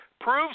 proves